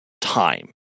Time